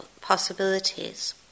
possibilities